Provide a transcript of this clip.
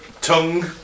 Tongue